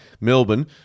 Melbourne